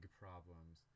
problems